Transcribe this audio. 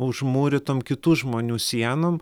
užmūrytom kitų žmonių sienom